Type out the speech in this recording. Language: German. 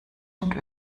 und